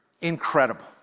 Incredible